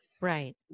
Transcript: Right